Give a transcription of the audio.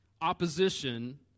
opposition